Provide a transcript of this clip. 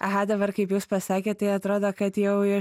aha dabar kaip jūs pasakėte atrodo kad jau